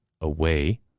away